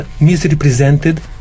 misrepresented